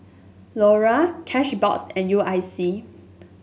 Lora Cashbox and U I C